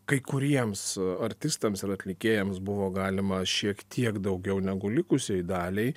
kai kuriems artistams ir atlikėjams buvo galima šiek tiek daugiau negu likusiai daliai